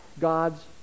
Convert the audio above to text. God's